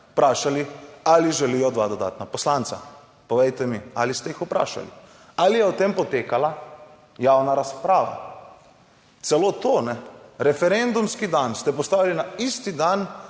vprašali ali želijo dva dodatna poslanca? Povejte mi, ali ste jih vprašali? Ali je o tem potekala javna razprava? Celo to, referendumski dan ste postavili na isti dan